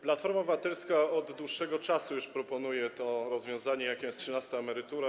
Platforma Obywatelska od dłuższego czasu już proponuje rozwiązanie, jakim jest trzynasta emerytura.